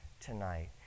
tonight